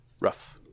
Rough